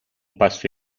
passo